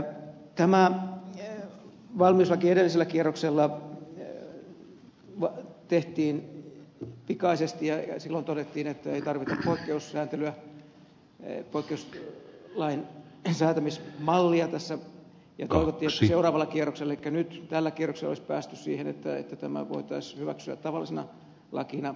tämä valmiuslaki edellisellä kierroksella tehtiin pikaisesti ja silloin todettiin että ei tarvita poikkeuslain säätämismallia tässä ja toivottiin että seuraavalla kierroksella elikkä nyt tällä kierroksella olisi päästy siihen että tämä voitaisiin hyväksyä tavallisena lakina